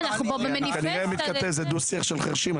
אנחנו במניפסט --- זה דו שיח של חרשים.